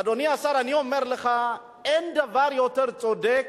אדוני השר, אני אומר לך, אין דבר יותר צודק.